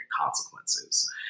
consequences